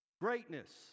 Greatness